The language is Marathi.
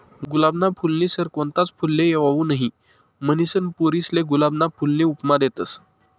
गुलाबना फूलनी सर कोणताच फुलले येवाऊ नहीं, म्हनीसन पोरीसले गुलाबना फूलनी उपमा देतस